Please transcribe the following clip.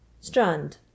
Strand